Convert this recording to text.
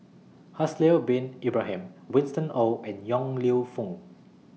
Haslir Bin Ibrahim Winston Oh and Yong Lew Foong